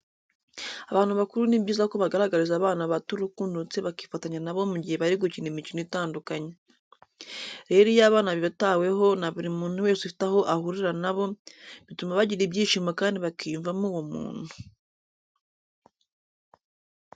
Abantu bakuru ni byiza ko bagaragariza abana bato urukundo ndetse bakifatanya na bo mu gihe bari gukina imikino itandukanye. Rero iyo abana bitaweho na buri muntu wese ufite aho ahurira na bo, bituma bagira ibyishimo kandi bakiyumvamo uwo muntu.